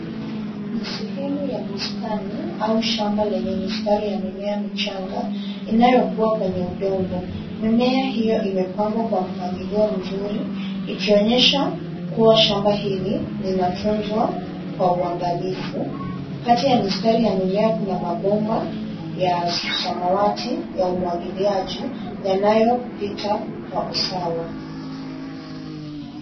Ni sehemu ya bustani au shamba lenye mistari ya mimea michanga, inayokuwa kwenye udongo. Mimea hiyo imepangwa kwa mpangilio mzuri, ikionyesha kuwa shamba hili linatunzwa kwa uangalifu. Kati ya mistari ya mimea kuna mabomba ya samawati ya umwagiliaji, yanayopita kwa usawa.